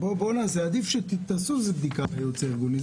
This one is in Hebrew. עדיף שתעשו בדיקה לייעוץ הארגוני.